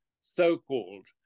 so-called